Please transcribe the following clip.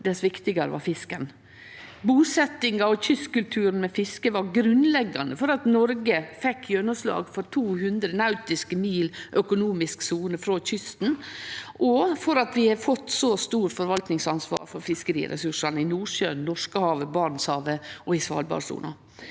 dess viktigare var fisken. Busetjinga og kystkulturen med fiske var grunnleggjande for at Noreg fekk gjennomslag for 200 nautiske mil økonomisk sone frå kysten, og for at vi har fått så stort forvaltingsansvar for fiskeriressursane i Nordsjøen, Norskehavet, Barentshavet og Svalbardsona.